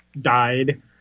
died